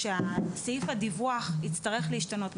שסעיף הדיווח יצטרך להשתנות.